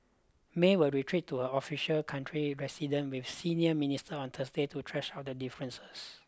May will retreat to her official country residence with senior ministers on Thursday to thrash out their differences